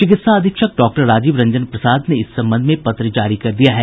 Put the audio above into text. चिकित्सा अधीक्षक डॉक्टर राजीव रंजन प्रसाद ने इस संबंध में पत्र जारी कर दिया है